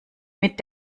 mit